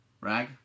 Rag